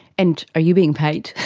and are you being paid?